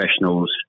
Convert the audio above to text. professionals